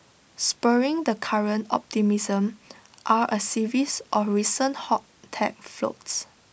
spurring the current optimism are A series of recent hot tech floats